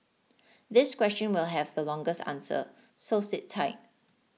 this question will have the longest answer so sit tight